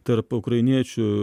tarp ukrainiečių